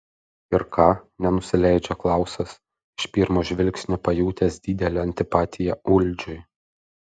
ir ką nenusileidžia klausas iš pirmo žvilgsnio pajutęs didelę antipatiją uldžiui